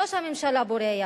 ראש הממשלה בורח,